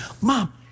mom